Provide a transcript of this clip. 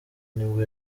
nibwo